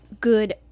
good